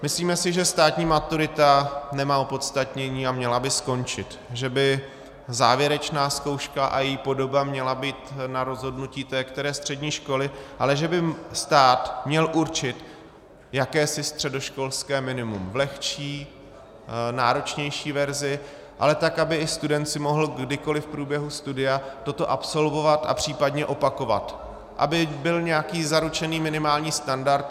Myslíme si, že státní maturita nemá opodstatnění a měla by skončit, že by závěrečná zkouška a její podoba měla být na rozhodnutí té které střední školy, ale že by stát měl určit jakési středoškolské minimum v lehčí i náročnější verzi, ale tak, aby i student si mohl v průběhu studia toto absolvovat a případně opakovat, aby byl zaručený nějaký minimální standard.